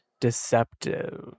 deceptive